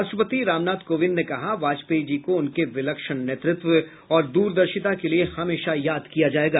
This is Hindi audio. राष्ट्रपति रामनाथ कोविंद ने कहा वाजपेयी जी को उनके विलक्षण नेतृत्व और दूरदर्शिता के लिये हमेशा याद किया जायेगा